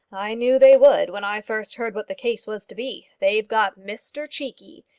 i knew they would when i first heard what the case was to be. they've got mr cheekey.